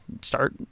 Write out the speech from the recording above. start